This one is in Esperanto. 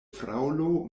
fraŭlo